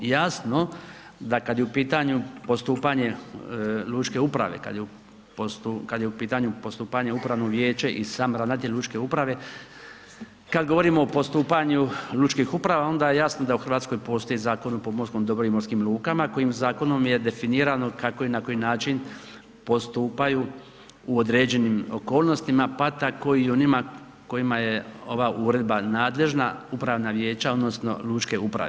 Jasno da kad je u pitanju postupanje lučke uprave, kad je u pitanju postupanje upravnog vijeća i sam ravnatelj lučke uprave, kad govorimo o postupanju lučkih uprava onda je jasno da u RH postoji Zakon o pomorskom dobru i morskim lukama kojim zakonom je definirano kako i na koji način postupaju u određenim okolnostima, pa tako i u onima kojima je ova uredba nadležna, upravna vijeća odnosno lučke uprave.